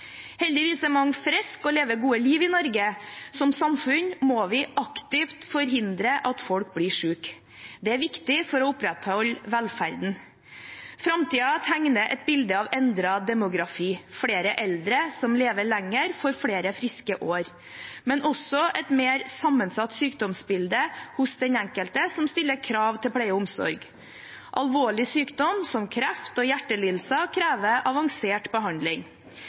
Heldigvis er mange friske og lever gode liv i Norge. Som samfunn må vi aktivt forhindre at folk blir syke. Det er viktig for å opprettholde velferden. Framtiden tegner et bilde av endret demografi. Flere eldre som lever lenger, får flere friske år, men også et mer sammensatt sykdomsbilde hos den enkelte, som stiller krav til pleie og omsorg. Alvorlig sykdom som kreft og hjertelidelser krever avansert behandling.